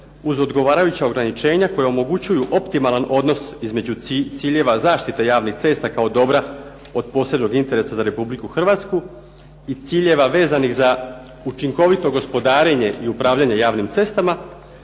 uz odgovarajuća ograničenja koja omogućuju optimalan odnos između ciljeva zaštite javnih cesta kao dobra od posebnih interesa za RH i ciljeva vezanih za učinkovito gospodarenje i upravljanje javnim cestama